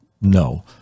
no